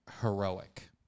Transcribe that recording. heroic